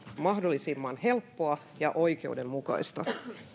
mahdollisimman helppoa ja oikeudenmukaista